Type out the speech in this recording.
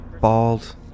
bald